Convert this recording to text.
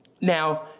Now